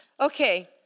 Okay